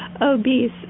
obese